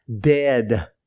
dead